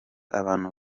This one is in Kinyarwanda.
abantu